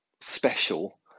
special